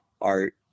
art